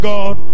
God